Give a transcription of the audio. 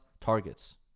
targets